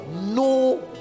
No